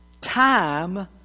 Time